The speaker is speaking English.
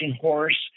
horse